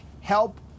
help